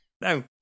No